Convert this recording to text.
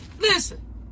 Listen